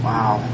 Wow